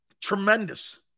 tremendous